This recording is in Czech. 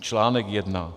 Článek 1.